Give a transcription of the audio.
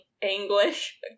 English